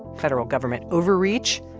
federal government overreach.